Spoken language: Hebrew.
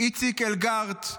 איציק אלגרט,